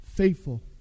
faithful